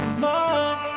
more